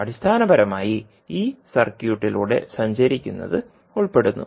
അടിസ്ഥാനപരമായി ഈ സർക്യൂട്ടിലൂടെ സഞ്ചരിക്കുന്നത് ഉൾപ്പെടുന്നു